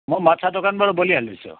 म माछा दोकानबाट बोलिहाल्दैछु